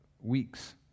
weeks